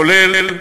כולל,